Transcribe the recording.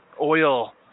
oil